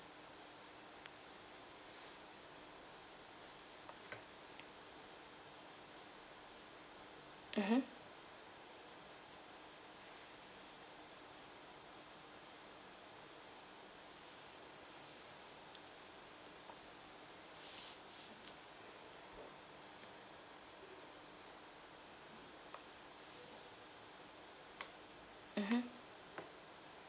mmhmm mmhmm